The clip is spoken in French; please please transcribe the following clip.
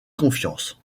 confiance